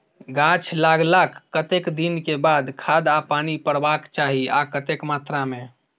गाछ लागलाक कतेक दिन के बाद खाद आ पानी परबाक चाही आ कतेक मात्रा मे?